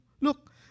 Look